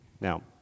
Now